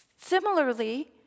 Similarly